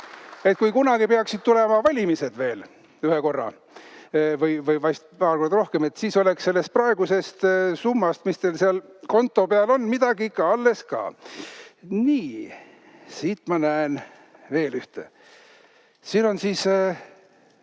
kui kunagi peaksid tulema valimised veel, ühe korra või vast paar korda rohkem, siis oleks sellest praegusest summast, mis teil seal konto peal on, midagi ikka alles ka. Nii. Siit ma näen veel ühte. Siin on siis